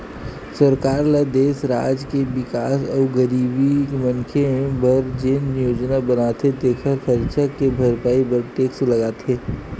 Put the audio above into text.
सरकार ल देस, राज के बिकास अउ गरीब मनखे बर जेन योजना बनाथे तेखर खरचा के भरपाई बर टेक्स लगाथे